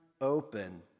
open